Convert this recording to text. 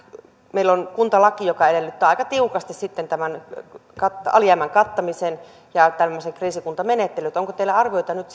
meillä on kuntalaki joka edellyttää aika tiukasti alijäämän kattamisen ja tämmöisen kriisikuntamenettelyn onko teillä arviota nyt